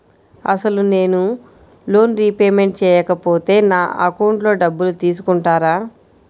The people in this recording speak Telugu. అసలు నేనూ లోన్ రిపేమెంట్ చేయకపోతే నా అకౌంట్లో డబ్బులు తీసుకుంటారా?